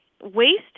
waste